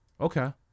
Okay